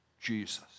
Jesus